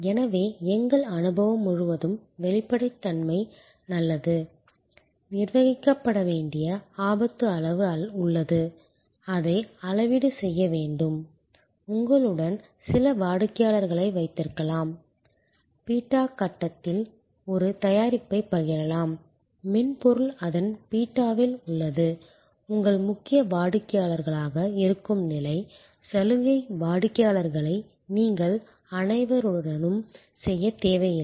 எனவே எங்கள் அனுபவம் முழுவதும் வெளிப்படைத்தன்மை நல்லது நிர்வகிக்கப்பட வேண்டிய ஆபத்து அளவு உள்ளது அதை அளவீடு செய்ய வேண்டும் உங்களுடன் சில வாடிக்கையாளர்களை வைத்திருக்கலாம் பீட்டா கட்டத்தில் ஒரு தயாரிப்பைப் பகிரலாம் மென்பொருள் அதன் பீட்டாவில் உள்ளது உங்கள் முக்கிய வாடிக்கையாளர்களாக இருக்கும் நிலை சலுகை வாடிக்கையாளர்களை நீங்கள் அனைவருடனும் செய்யத் தேவையில்லை